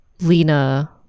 Lena